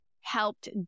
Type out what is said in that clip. helped